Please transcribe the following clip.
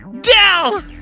Dell